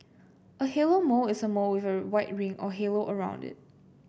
a halo mole is a mole with a white ring or halo around it